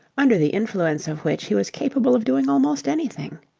under the influence of which he was capable of doing almost anything.